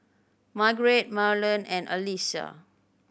Margeret Marlon and Allyssa